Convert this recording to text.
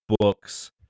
books